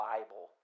Bible